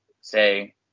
say